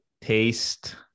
taste